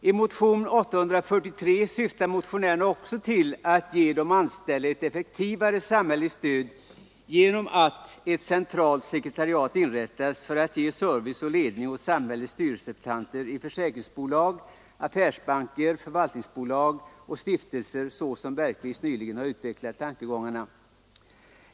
I motionen 843 syftar motionärerna också till att ge de anställda ett effektivare samhälleligt stöd genom att ett centralt sekretariat inrättas för att ge service och ledning åt samhällets styrelserepresentanter i försäkringsbolag, affärsbanker, förvaltningsbolag och stiftelser, så som herr Bergqvist nyss har utvecklat tankegångarna.